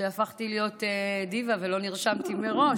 שהפכתי להיות דיווה ולא נרשמתי מראש.